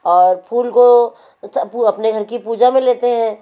और फूल को अपने घर की पूजा में लेते हैं